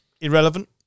irrelevant